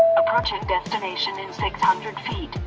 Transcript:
approaching destination in six hundred feet,